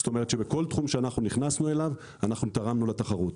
זאת אומרת שבכל תחום שנכנסנו אליו תרמנו לתחרות.